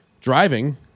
driving